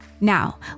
Now